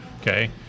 Okay